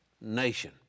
nation